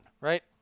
right